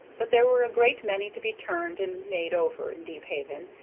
but there were a great many to be turned and made over in deephaven,